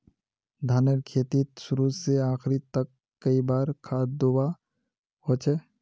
धानेर खेतीत शुरू से आखरी तक कई बार खाद दुबा होचए?